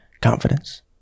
confidence